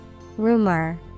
Rumor